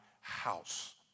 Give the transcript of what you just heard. house